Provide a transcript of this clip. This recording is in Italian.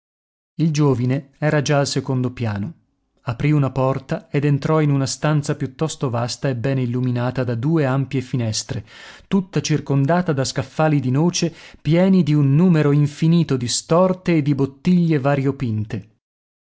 il giovine era già al secondo piano aprì una porta ed entrò in una stanza piuttosto vasta e bene illuminata da due ampie finestre tutta circondata da scaffali di noce pieni di un numero infinito di storte e di bottiglie variopinte